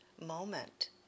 moment